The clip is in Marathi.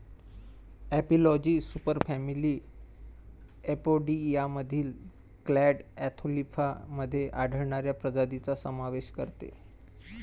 एपिलॉजी सुपरफॅमिली अपोइडियामधील क्लेड अँथोफिला मध्ये आढळणाऱ्या प्रजातींचा समावेश करते